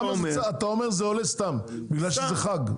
אתה אומר שזה עולה סתם, בגלל שזה חג.